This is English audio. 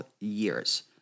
years